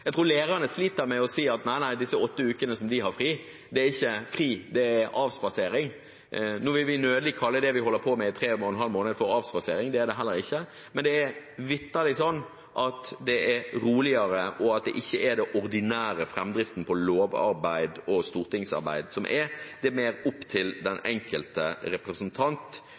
Jeg tror lærerne sliter med å si at nei, nei, disse åtte ukene som de har fri, er ikke fri, men avspasering. Nå vil jeg nødig kalle det vi holder på med i 3,5 måneder for «avspasering», og det er det heller ikke, men det er vitterlig slik at det er roligere, og at det ikke er den ordinære framdriften på lovarbeid og stortingsarbeid. Det er mer opp til den enkelte representant